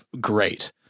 great